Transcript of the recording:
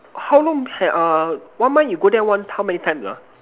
how long had err one month you go there one how many times ah